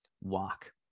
walk